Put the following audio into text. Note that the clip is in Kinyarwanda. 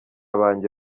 banjye